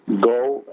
Go